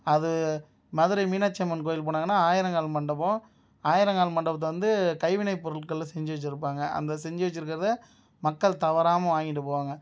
அது மதுரை மீனாட்சியம்மன் கோவில் போனாங்கன்னால் ஆயிரங்கால் மண்டபம் ஆயிரங்கால் மண்டபத்தில் வந்து கைவினைப் பொருட்களை செஞ்சு வச்சுருப்பாங்க அந்த செஞ்சு வச்சுருக்கிறத மக்கள் தவறாமல் வாங்கிட்டு போவாங்க